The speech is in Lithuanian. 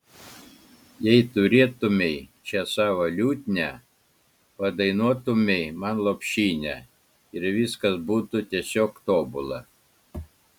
jei turėtumei čia savo liutnią padainuotumei man lopšinę ir viskas būtų tiesiog tobula